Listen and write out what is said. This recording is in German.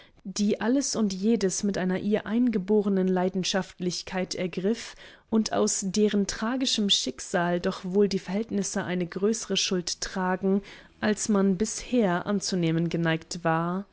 die alles und jedes mit einer ihr eingeborenen leidenschaftlichkeit ergriff und an deren tragischem schicksal doch wohl die verhältnisse eine größere schuld tragen als man bisher anzunehmen geneigt war